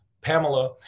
Pamela